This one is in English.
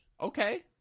Okay